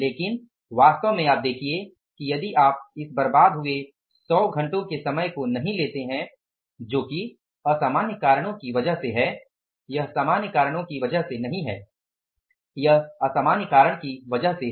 लेकिन वास्तव में आप देखिये कि यदि आप इस बर्बाद हुए 100 घंटों के समय को नहीं लेते हैं जो कि असामान्य कारणों की वजह से है यह सामान्य कारणों से नहीं है यह असामान्य कारणों के वजह से है